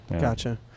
Gotcha